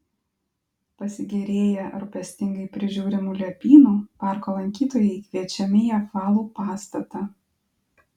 pasigėrėję rūpestingai prižiūrimu liepynu parko lankytojai kviečiami į apvalų pastatą